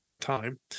time